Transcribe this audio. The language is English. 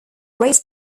race